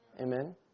Amen